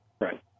Right